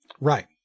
Right